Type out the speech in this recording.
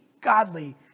godly